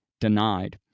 denied